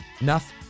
enough